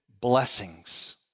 blessings